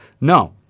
No